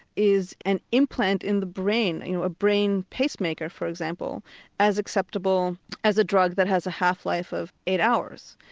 is an implant in the brain, you know a brain pacemaker for example as acceptable as a drug that has a half-life of eight hours?